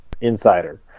Insider